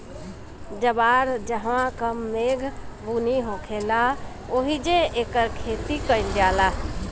जवार जहवां कम मेघ बुनी होखेला ओहिजे एकर खेती कईल जाला